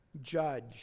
judge